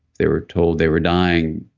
they were told they were dying.